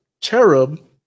cherub